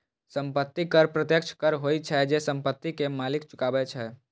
संपत्ति कर प्रत्यक्ष कर होइ छै, जे संपत्ति के मालिक चुकाबै छै